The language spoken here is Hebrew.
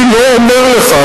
אני לא אומר לך.